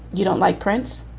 you don't like prince.